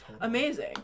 Amazing